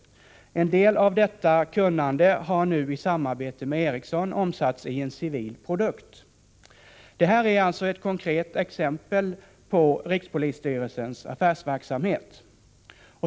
En del av detta kunnande har nu, i samarbete med Ericsson, omsatts i en ”civil” produkt ———.” Detta är alltså ett konkret exempel på rikspolisstyrelsens affärsverksamhet.